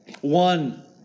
One